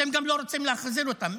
אתם גם לא רוצים להחזיר אותם.